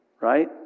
Right